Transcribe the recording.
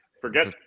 Forget